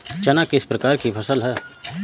चना किस प्रकार की फसल है?